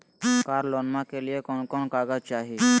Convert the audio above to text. कार लोनमा के लिय कौन कौन कागज चाही?